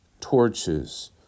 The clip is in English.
torches